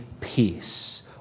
peace